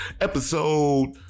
episode